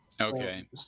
Okay